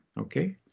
okay